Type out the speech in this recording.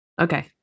Okay